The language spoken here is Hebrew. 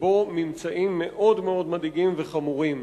ובו ממצאים מאוד מדאיגים וחמורים.